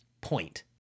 point